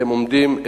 עומדים,